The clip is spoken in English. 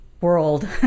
world